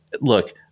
look